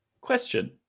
question